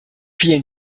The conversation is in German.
vielen